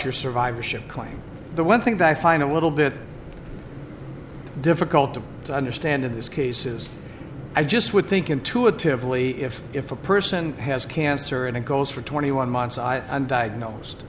your survivorship claim the one thing that i find a little bit difficult to understand in this case is i just would think intuitively if if a person has cancer and it goes for twenty one months i am diagnosed